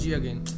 again